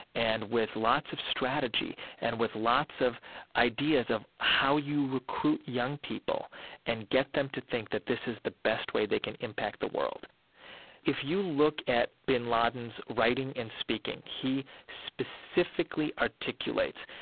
and with lots of strategy, and with lots of ideas of how you recruit young people and get them to think that this is the best way they can impact the world if you look at bin laden's writing and speaking, he specifically articulates,